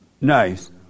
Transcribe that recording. Nice